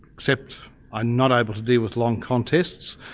except i'm not able to deal with long contests.